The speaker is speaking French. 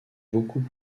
beaucoup